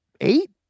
eight